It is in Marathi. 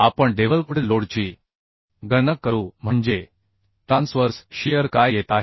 आपण डेव्हलप्ड लोडची गणना करू म्हणजे ट्रान्स्वर्स शीअर काय येत आहे